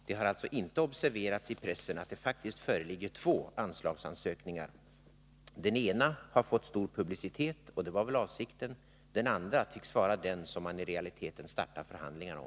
Det har alltså inte observerats i pressen att det faktiskt föreligger två anslagsansökningar. Den ena har fått stor publicitet — det var väl avsikten. Den andra tycks vara den som man i realiteten startar förhandlingar om.